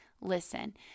listen